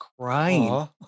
crying